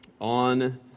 on